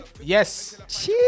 Yes